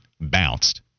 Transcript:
bounced